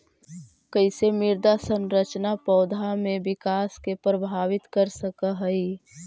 कईसे मृदा संरचना पौधा में विकास के प्रभावित कर सक हई?